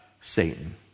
Satan